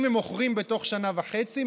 אם הם מוכרים בתוך שנה וחצי,